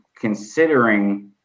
considering